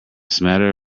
smatter